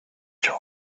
joy